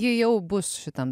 ji jau bus šitam